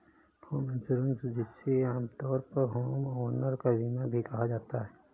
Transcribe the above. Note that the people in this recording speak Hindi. होम इंश्योरेंस जिसे आमतौर पर होमओनर का बीमा भी कहा जाता है